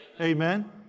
amen